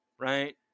Right